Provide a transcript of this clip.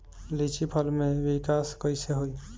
लीची फल में विकास कइसे होई?